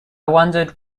wondered